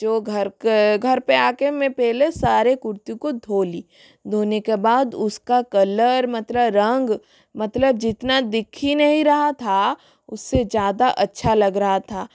जो घर के घर पर आकर मैं पहले सारे कुर्ती को धो ली धोने के बाद उसका कलर मतलब रंग मतलब जितना दिख ही नहीं रहा था उससे ज़्यादा अच्छा लग रहा था